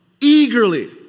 eagerly